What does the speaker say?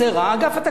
אגף התקציבים.